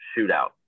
shootout